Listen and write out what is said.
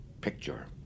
picture